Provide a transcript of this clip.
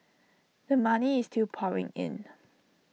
the money is still pouring in